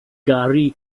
garry